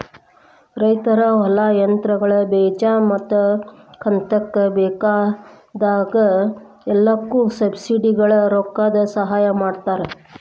ರೈತರ ಹೊಲಾ, ಯಂತ್ರಗಳು, ಬೇಜಾ ಮತ್ತ ಕಂತಕ್ಕ ಬೇಕಾಗ ಎಲ್ಲಾಕು ಸಬ್ಸಿಡಿವಳಗ ರೊಕ್ಕದ ಸಹಾಯ ಮಾಡತಾರ